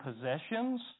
possessions